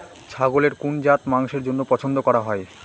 ছাগলের কোন জাত মাংসের জন্য পছন্দ করা হয়?